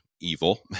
evil